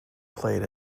played